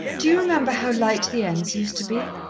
do you remember how light the ends used to be?